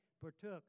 partook